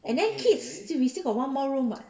and then kids we still got one more room [what]